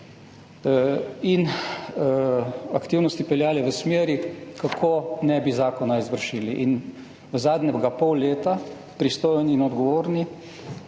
in aktivnosti peljali v smeri, kako zakona ne bi izvršili. V zadnjega pol leta so pristojni in odgovorni